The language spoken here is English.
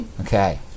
Okay